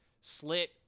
slit